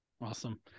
Awesome